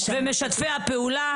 דגל אש"ף זה קריאה למאבק,